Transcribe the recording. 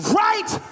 right